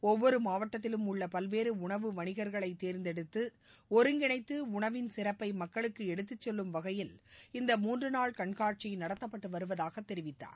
ஒவ்வொரு மாவட்டத்தில் உள்ள பல்வேறு உணவு வணிகர்களை தேர்ந்தெடுத்து ஒருங்கிணைத்து உணவின் சிறப்பை மக்களுக்கு எடுத்துச்செல்லும் வகையில் இந்த மூன்று நாள் கண்காட்சி நடத்தப்பட்டு வருவதாக தெரிவித்தார்